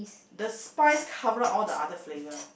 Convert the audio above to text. the spice cover all the other flavour